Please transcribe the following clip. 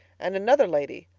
and another lady,